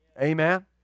Amen